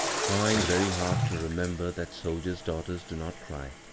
trying very hard to remember that soldiers' daugh ters do not cry.